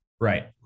right